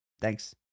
Thanks